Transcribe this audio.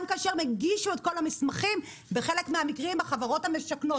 גם כאשר הם הגישו את כל המסמכים בחלק מהמקרים החברות המשכנות,